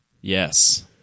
Yes